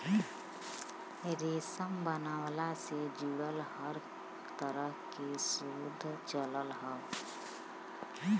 रेशम बनवला से जुड़ल हर तरह के शोध चलत हौ